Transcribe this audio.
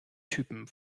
typen